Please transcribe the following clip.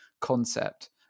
concept